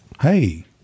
Hey